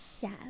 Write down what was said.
Yes